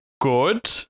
good